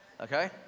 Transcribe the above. Okay